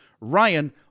Ryan